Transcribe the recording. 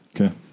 Okay